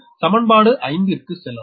சமன்பாடு 5 க்கு செல்லலாம்